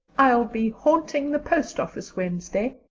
i'll be haunting the post office wednesday,